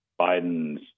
Biden's